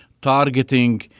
targeting